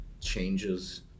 changes